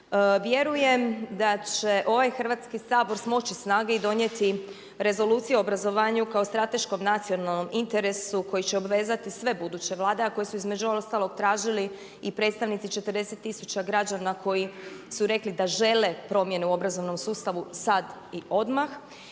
Vjerujem da će ovaj Hrvatski sabor smoći snage i donijeti rezolucije o obrazovanju kao strateškog nacionalnog interesu koji će obvezati sve buduće Vlade a koje su između ostalog tražili i predstavnici 40 tisuća građana koji su rekli da žele promjene u obrazovnom sustavu sad i odmah.